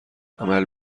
عمل